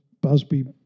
Busby